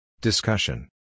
Discussion